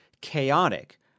chaotic